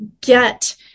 get